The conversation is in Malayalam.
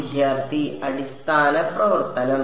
വിദ്യാർത്ഥി അടിസ്ഥാന പ്രവർത്തനം